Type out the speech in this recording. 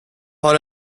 har